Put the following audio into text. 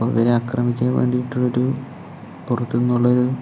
അപ്പോൾ അവരെ ആക്രമിക്കുവാൻ വേണ്ടിയിട്ടൊരു പുറത്തുനിന്നുള്ളൊരു